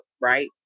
right